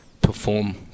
Perform